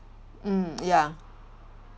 mm ya